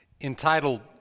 entitled